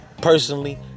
personally